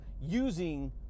using